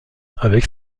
avec